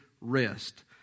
rest